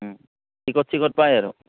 ticket চিকট পায় আৰু